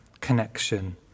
connection